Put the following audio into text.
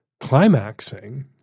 climaxing